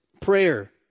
prayer